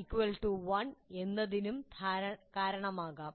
equal to 1 എന്നതിനും കാരണമാകാം